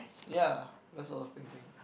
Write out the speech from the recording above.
ya that's what I was thinking